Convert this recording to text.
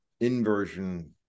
inversion